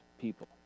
people